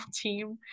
team